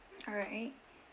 alright